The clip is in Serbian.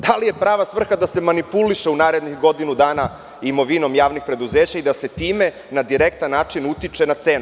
Da li je prava svrha da se manipuliše u narednih godinu dana imovinom javnih preduzeća i da se time na direktan način utiče na cenu?